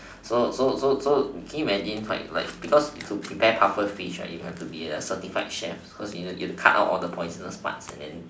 so so so so can you imagine like like because you prepare pufferfish right you have to be a certified chef cause you need to cut out the poisonous part and then